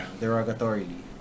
derogatorily